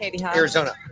Arizona